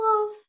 love